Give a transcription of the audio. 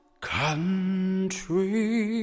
country